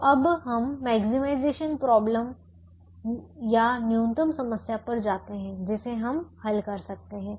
तो अब हम मिनिमाइजेशन प्रॉब्लम न्यूनतम समस्या पर जाते हैं जिसे हम हल कर सकते हैं